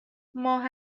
ماه